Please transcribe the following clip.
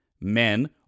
Men